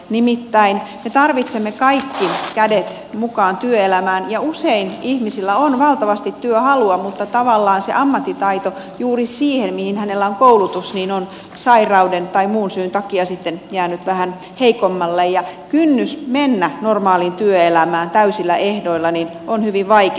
nimittäin me tarvitsemme kaikki kädet mukaan työelämään ja usein ihmisillä on valtavasti työhalua mutta tavallaan ammattitaito juuri siihen mihin heillä on koulutus on sairauden tai muun syyn takia jäänyt vähän heikommalle ja kynnys mennä normaaliin työelämään täysillä ehdoilla on hyvin vaikea